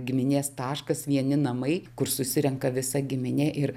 giminės taškas vieni namai kur susirenka visa giminė ir